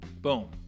Boom